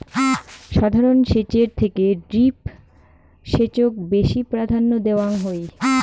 সাধারণ সেচের থেকে ড্রিপ সেচক বেশি প্রাধান্য দেওয়াং হই